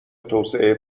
توسعه